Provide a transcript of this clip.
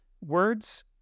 words